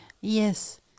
Yes